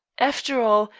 after all,